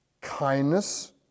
kindness